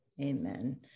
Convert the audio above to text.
Amen